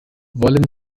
wollen